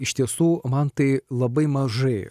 iš tiesų man tai labai mažai